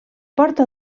porta